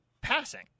passing